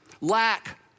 lack